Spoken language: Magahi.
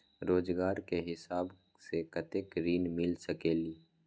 रोजगार के हिसाब से कतेक ऋण मिल सकेलि?